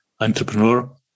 entrepreneur